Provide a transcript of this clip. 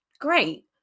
great